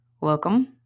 welcome